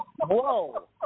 Whoa